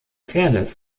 fairness